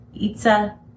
Itza